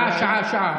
שעה, שעה, שעה.